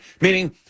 meaning